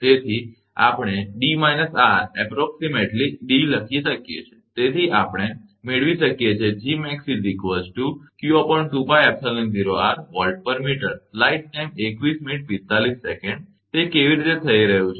તેથી આપણે 𝐷−𝑟 ≈ D લખી શકીએ છીએ તેથી આપણે મેળવી શકીએ છીએ તે કેવી રીતે થઈ રહ્યું છે